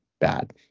bad